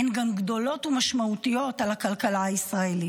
הן גם גדולות ומשמעותיות על הכלכלה הישראלית,